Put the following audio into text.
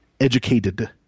educated